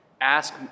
ask